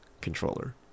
controller